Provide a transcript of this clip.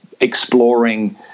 exploring